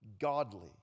Godly